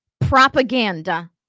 propaganda